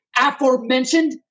aforementioned